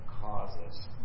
causes